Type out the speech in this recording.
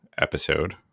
episode